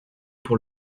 pour